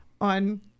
on